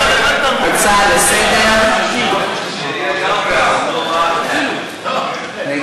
ההצעה להפוך את הצעת חוק הספקת החשמל (הוראת שעה) (תיקון,